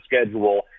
schedule